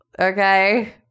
Okay